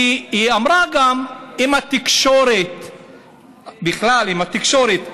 כי היא אמרה גם: אם התקשורת,